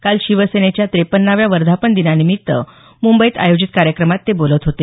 काल शिवसेनेच्या त्रेपन्नाव्या वर्धापनदिनानिमित्त मुंबईत आयोजित कार्यक्रमात ते बोलत होते